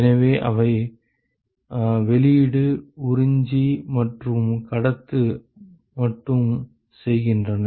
எனவே அவை வெளிவிடு உறிஞ்சி மற்றும் கடத்து மட்டும் செய்கின்றன